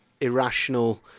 irrational